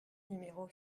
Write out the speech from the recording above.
numéro